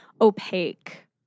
opaque